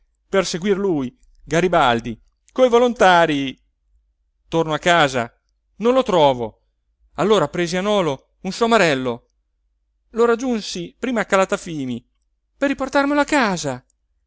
per seguir lui garibaldi coi volontarii torno a casa non lo trovo allora presi a nolo un somarello lo raggiunsi prima a calatafimi per riportarmelo a casa